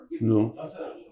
no